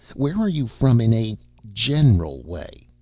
where are you from in a general way?